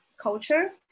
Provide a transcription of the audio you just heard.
culture